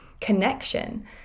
connection